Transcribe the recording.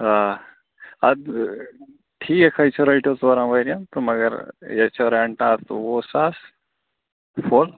آ اَدٕ ٹھیٖک ہے چھُ رٔٹِوٗ ژورَن ؤری یَن تہٕ مگر ییٚتہِ چھُو ریٚنٹ اَتھ وُہ ساس فُل